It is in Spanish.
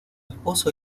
esposo